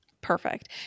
Perfect